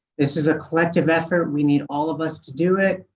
this is a collective effort. we need all of us to do it,